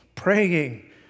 praying